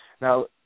now